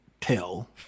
tell